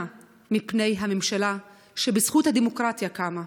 מפני הממשלה שבזכות הדמוקרטיה קמה.